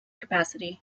capacity